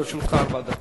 לרשותך ארבע דקות.